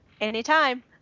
anytime